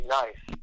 nice